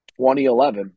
2011